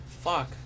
fuck